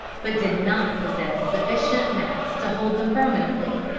but did not possess sufficient mass to hold them permanently.